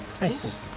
Nice